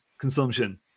consumption